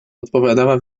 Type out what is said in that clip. odpowiadała